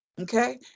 Okay